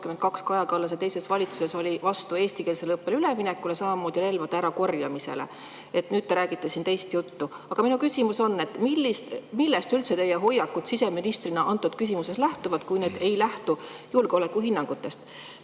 2022 Kaja Kallase teises valitsuses oli vastu eestikeelsele õppele üleminekule, samamoodi relvade ärakorjamisele. Nüüd te räägite siin teist juttu. Aga minu küsimus on: millest üldse teie hoiakud siseministrina antud küsimuses lähtuvad, kui need ei lähtu julgeolekuhinnangutest?